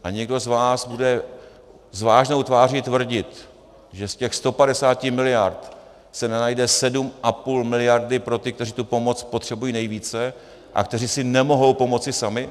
A někdo z vás bude s vážnou tváří tvrdit, že z těch 150 mld. se nenajde 7,5 mld. pro ty, kteří tu pomoc potřebují nejvíce a kteří si nemohou pomoci sami?